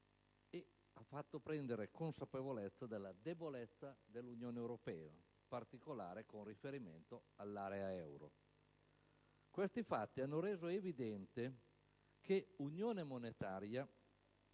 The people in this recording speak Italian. e ha fatto prendere consapevolezza della debolezza dell'Unione europea e, in particolare, dell'area euro. Questi fatti hanno reso evidente che unione monetaria